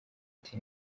ati